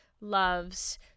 loves